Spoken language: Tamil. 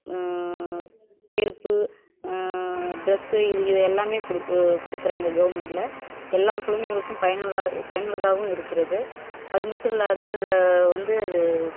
செருப்பு ட்ரெஸ் இது இது எல்லாமே கொடு கொடுக்குறாங்க கவெர்மெண்ட்ல எல்லா குழந்தைகளுக்கும் பயனுள்ள பயனுள்ளதாகவும் இருக்கிறது அது மட்டும் இல்லாத அதில் வந்து அது